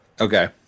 Okay